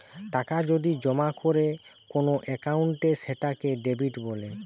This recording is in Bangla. টাকা যদি জমা করে কোন একাউন্টে সেটাকে ডেবিট বলে